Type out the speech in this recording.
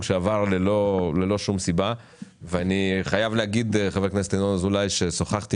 ללא שום סיבה על זוג שעבר שם.